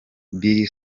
billy